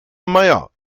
meier